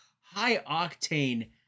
high-octane